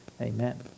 Amen